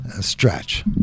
stretch